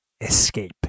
escape